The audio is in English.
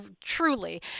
truly